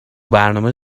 برنامه